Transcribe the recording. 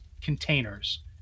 containers